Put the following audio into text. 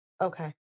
Okay